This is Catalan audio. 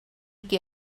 què